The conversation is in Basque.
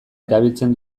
erabiltzen